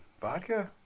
vodka